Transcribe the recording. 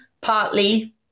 partly